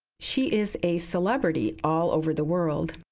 she is a celebrity all over the world.